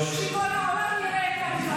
שכל העולם יראה את הגזענות הזאת שלכם.